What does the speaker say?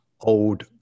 old